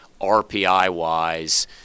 RPI-wise –